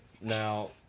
Now